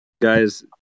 Guys